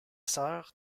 sœur